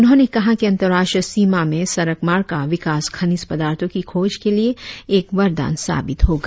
उन्होंने कहा कि अंतर्राष्ट्रीय सीमा में सड़क मार्ग का विकास खनीज पदार्थों की खोज के लिए एक वरदान साबित होगा